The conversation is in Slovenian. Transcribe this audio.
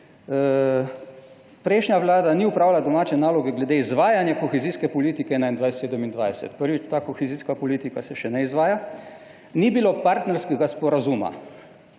»prejšnja Vlada ni opravila domače naloge glede izvajanja kohezijske politike 2021-2027.« Prvič, ta kohezijska politika se še ne izvaja. Ni bilo partnerskega sporazuma;